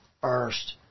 first